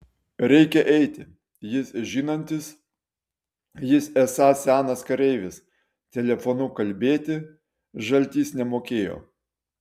reikią eiti jis žinantis jis esąs senas kareivis telefonu kalbėti žaltys nemokėjo